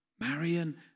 Marion